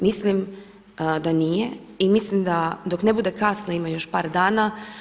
Mislim da nije i mislim da dok ne bude kasno, ima još par dana.